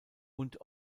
und